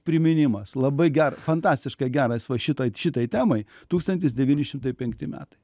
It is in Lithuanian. priminimas labai gera fantastiškai geras va šitai šitai temai tūkstantis devyni šimtai penkti metai